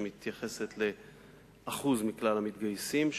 שמתייחסת לאחוז מכלל המתגייסים,